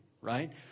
right